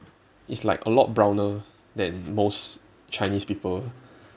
it's like a lot browner than most chinese people